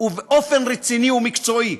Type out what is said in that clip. ובאופן רציני ומקצועי.